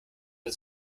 der